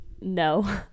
No